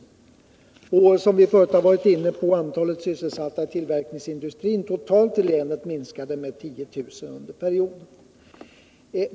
Som vi tidigare har varit inne på minskade under perioden antalet sysselsatta inom tillverkningsindustrin totalt inom regionen med 10 000.